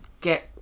get